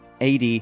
AD